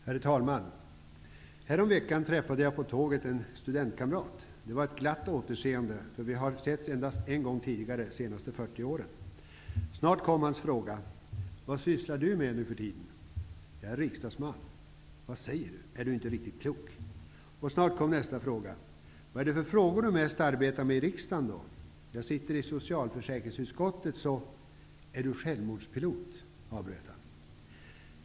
Herr talman! Häromveckan träffade jag på tå get en studentkamrat. Det var ett glatt åter seende. Vi har setts endast en gång tidigare under de senaste 40 åren. Snart kom hans fråga: Vad sysslar du med nu för tiden? Jag är riksdagsman. Vad säger du? är du inte riktigt klok? Sedan kom nästa fråga: Vad är det för frågor du mest arbetar med i riksdagen då? Jag sitter i socialförsäkringsutskottet så... Är du självmordspilot? avbröt han.